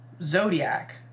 Zodiac